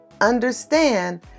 understand